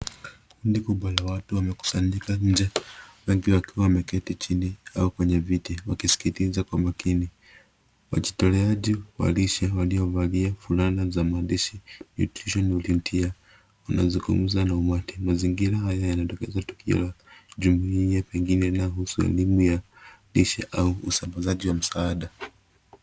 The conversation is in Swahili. Kundi kubwa la watu wamekusanyika nje, wengi wakiwa wameketi chini au kwenye viti, wakisikiliza kwa makini. Wajitoleaji wa lishe waliovalia fulana za maandishi, Nutrition Volunteer, wanazungumza na umati. Mazingira haya yanatokeza tukio la jumuia pengine lahusu elimu ya lishe au usambazaji wa msaada.